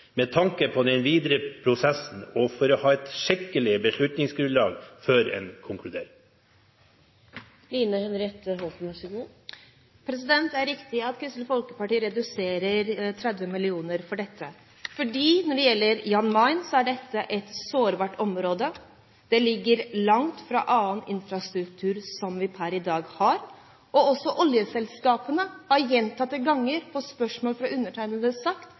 ha et skikkelig beslutningsgrunnlag før en konkluderer? Det er riktig at Kristelig Folkeparti reduserer 30 mill. kr når det gjelder dette. Det gjør vi fordi Jan Mayen er et sårbart område, det ligger langt fra annen infrastruktur som vi har per i dag, og oljeselskapene har også gjentatte ganger – på spørsmål fra undertegnede – sagt